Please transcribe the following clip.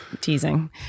teasing